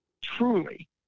truly